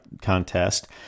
contest